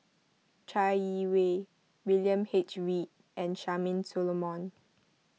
Chai Yee Wei William H Read and Charmaine Solomon